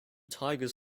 tigers